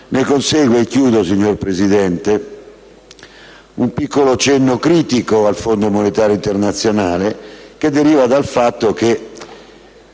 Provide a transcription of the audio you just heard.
Ne consegue, signora Presidente, un piccolo cenno critico al Fondo monetario internazionale, derivante dal fatto che